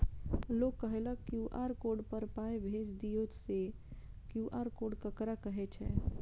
लोग कहलक QR code पर पाय भेज दियौ से क्यू.आर कोड ककरा कहै छै?